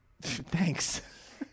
thanks